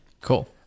Cool